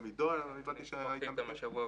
הבנתי שגם עידו היה איתם בקשר.